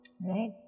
Right